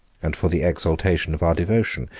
and for the exaltation of our devotion,